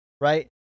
right